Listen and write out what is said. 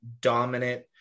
dominant